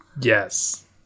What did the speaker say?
Yes